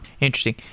Interesting